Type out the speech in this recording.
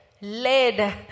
led